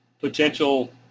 potential